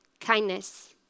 Kindness